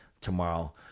tomorrow